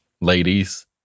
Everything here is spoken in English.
ladies